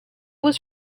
was